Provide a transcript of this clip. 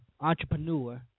entrepreneur